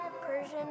Persian